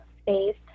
space